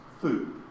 food